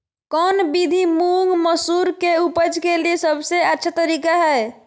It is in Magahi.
कौन विधि मुंग, मसूर के उपज के लिए सबसे अच्छा तरीका है?